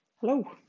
Hello